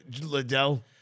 Liddell